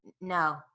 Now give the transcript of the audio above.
No